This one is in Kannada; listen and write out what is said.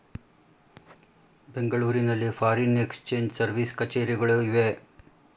ಬೆಂಗಳೂರಿನಲ್ಲಿ ಫಾರಿನ್ ಎಕ್ಸ್ಚೇಂಜ್ ಸರ್ವಿಸ್ ಕಛೇರಿಗಳು ಇವೆ